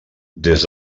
des